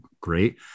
great